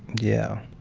yeah.